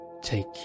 Take